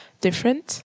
different